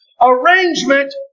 arrangement